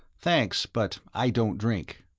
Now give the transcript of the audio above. thanks, but i don't drink.